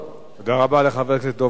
תודה רבה לחבר הכנסת דב חנין.